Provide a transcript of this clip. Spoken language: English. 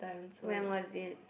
when was it